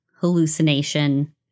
hallucination